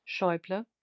Schäuble